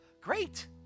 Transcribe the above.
Great